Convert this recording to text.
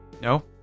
No